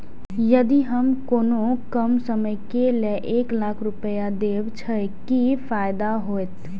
यदि हम कोनो कम समय के लेल एक लाख रुपए देब छै कि फायदा होयत?